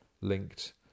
linked